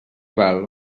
val